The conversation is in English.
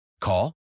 Call